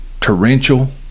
torrential